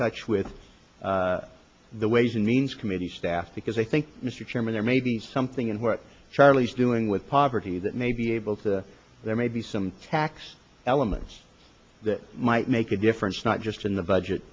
touch with the ways and means committee staff because i think mr chairman there may be something in work charlie's doing with poverty that may be able to there may be some tax elements that might make a difference not just in the budget